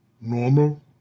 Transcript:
Normal